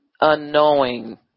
unknowing